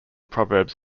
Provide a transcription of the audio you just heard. proverbs